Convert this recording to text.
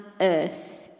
earth